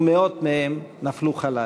ומאות מהם נפלו חלל.